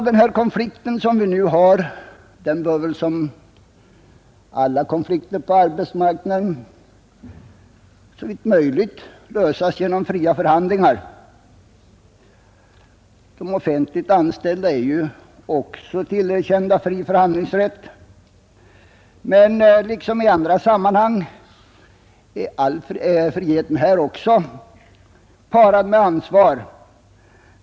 Den konflikt som nu pågår bör väl, som alla konflikter på arbetsmarknaden, såvitt möjligt lösas genom fria förhandlingar; de offentligt anställda är ju tillerkända fri förhandlingsrätt. Men liksom i andra sammanhang är friheten också här parad med ansvar.